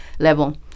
level